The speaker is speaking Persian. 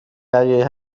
بقیه